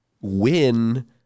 win